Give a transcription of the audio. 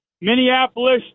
Minneapolis